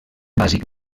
bàsic